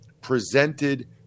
presented